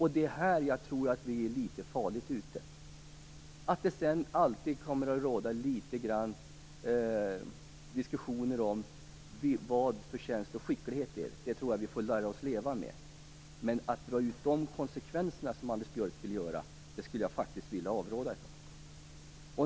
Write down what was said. Här tror jag att vi är litet farligt ute. Att det sedan alltid litet grand kommer att råda diskussioner om vad förtjänst och skicklighet är tror jag att vi får lära oss att leva med. Men att så att säga dra ut konsekvenserna på det sätt som Anders Björck vill göra skulle jag faktiskt vilja avråda från.